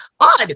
odd